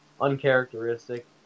uncharacteristic